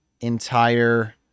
entire